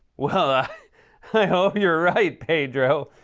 well, i hope you're right, pedro.